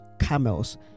camels